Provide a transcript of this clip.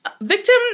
Victim